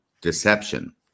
deception